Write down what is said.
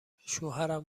شوهرم